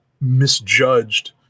misjudged